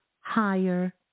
higher